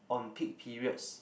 on peak periods